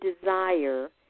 desire